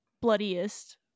bloodiest